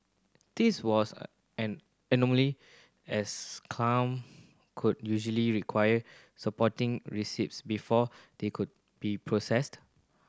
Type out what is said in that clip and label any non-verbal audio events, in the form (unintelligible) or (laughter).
this was (unintelligible) an anomaly as come could usually require supporting receipts before they could be processed